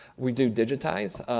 we do digitize.